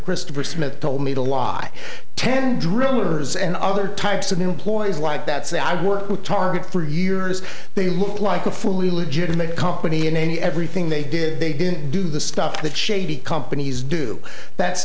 christopher smith told me to lie ten drillers and other types of new employees like that say i work with target for years they look like a fully legitimate company in everything they did they didn't do the stuff that shady companies do that's